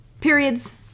Periods